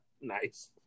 Nice